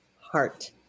heart